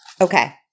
Okay